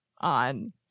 on